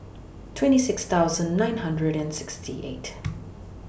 twenty six thousand nine hundred and sixty eight